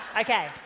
Okay